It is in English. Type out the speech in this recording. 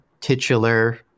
titular